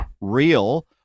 real